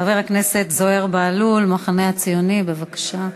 חבר הכנסת זוהיר בהלול, המחנה הציוני, בבקשה.